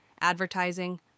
advertising